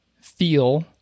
feel